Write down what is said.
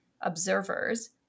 observers